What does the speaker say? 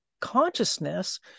consciousness